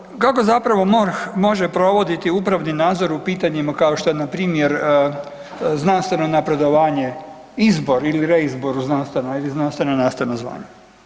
Uostalom kako zapravo MORH može provoditi upravni nadzor u pitanjima kao što je npr. znanstveno napredovanje, izbor ili reizbor u znanstveno ili znanstveno nastavno zvanje.